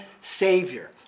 Savior